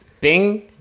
Bing